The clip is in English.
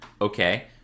Okay